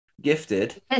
gifted